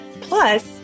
plus